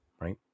right